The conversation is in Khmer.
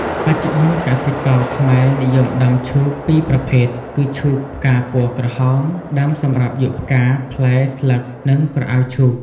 បច្ចុប្បន្ន កសិករខ្មែរនិយមដាំដុះឈូក២ប្រភេទគឺឈូកផ្កាពណ៌ក្រហម ដាំសម្រាប់យកផ្កា ផ្លែ ស្លឹក និងក្រអៅឈូក ។